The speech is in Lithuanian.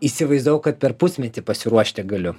įsivaizdavau kad per pusmetį pasiruošti galiu